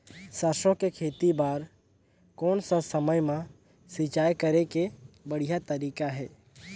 सरसो के खेती बार कोन सा समय मां सिंचाई करे के बढ़िया तारीक हे?